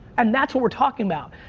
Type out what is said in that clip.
and that's what we're talking about.